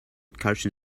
carson